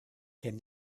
came